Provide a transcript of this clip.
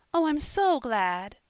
oh, i'm so glad,